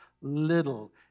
little